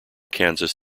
kansas